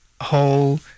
whole